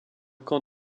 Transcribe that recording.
camp